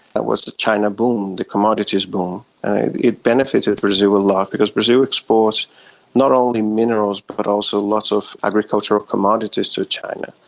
that was the china boom, the commodities boom, and it benefited brazil a lot because brazil exports not only minerals but but also lots of agricultural commodities to china.